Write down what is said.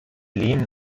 lehnen